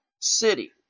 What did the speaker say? city